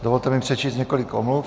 Dovolte mi přečíst několik omluv.